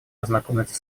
ознакомиться